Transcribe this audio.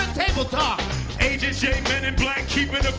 table talk agent j men in black keeping